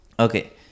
Okay